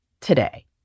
today